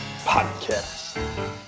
podcast